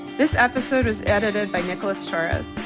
this episode was edited by nicholas torres.